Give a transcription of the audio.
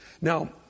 Now